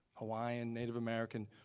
hawaiian, native american,